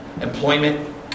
employment